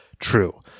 true